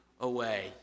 away